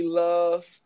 love